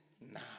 now